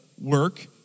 work